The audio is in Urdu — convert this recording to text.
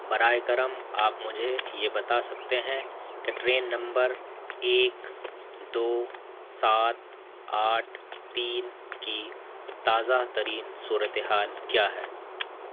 براہِ کرم آپ مجھے یہ بتا سکتے ہیں کہ ٹرین نمبر ایک دو سات آٹھ تین کی تازہ ترین صورت حال کیا ہے